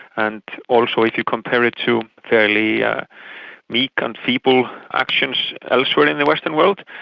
and also if you compare it to fairly meek and feeble actions elsewhere in the western world.